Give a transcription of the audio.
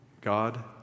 God